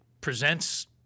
presents